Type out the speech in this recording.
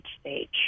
stage